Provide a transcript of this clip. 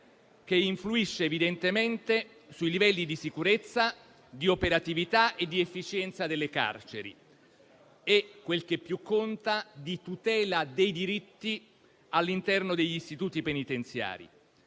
che influisce evidentemente sui livelli di sicurezza, di operatività, di efficienza delle carceri e - quel che più conta - di tutela dei diritti all'interno degli istituti penitenziari.